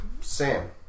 Sam